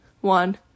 one